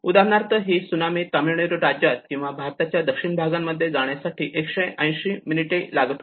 उदाहरणार्थ ही सुनामी तामिळनाडू राज्यात किंवा भारताच्या दक्षिण भागांमध्ये जाण्यासाठी 180 मिनिट लागली होती